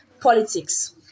politics